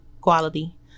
quality